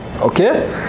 okay